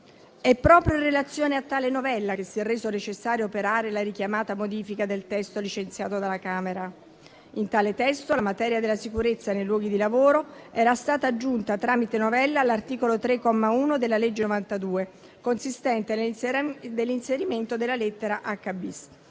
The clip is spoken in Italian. È proprio in relazione a tale novella che si è reso necessario operare la richiamata modifica del testo licenziato dalla Camera. In tale testo la materia della sicurezza nei luoghi di lavoro era stata aggiunta tramite novella all'articolo 3, comma 1, della legge n. 92, consistente nell'inserimento della lettera